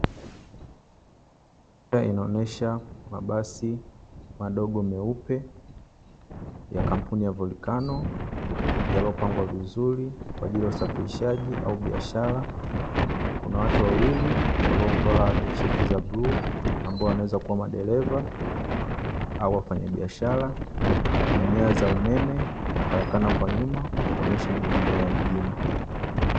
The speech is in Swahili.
Inaonesha mabasi madogo meupe ya kampuni ya volcano yalipopangwa vizuri kwaajili ya usafirishaji au biashara, kuna watu wawili waliovaa tisheti za bluu ambao wanaweza kuwa madereva au wafanyabiashara, kuna nyaya za umeme na karakana kwa nyuma kuonyesha ni maeneo ya mjini.